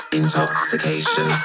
intoxication